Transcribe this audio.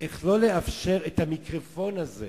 איך לא לאפשר את המיקרופון הזה